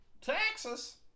Texas